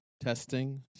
Testing